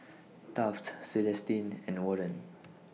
Taft Celestine and Warren